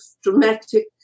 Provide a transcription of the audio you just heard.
dramatic